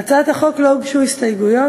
להצעת החוק לא הוגשו הסתייגויות,